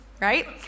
right